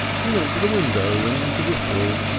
he went to the window and whistled.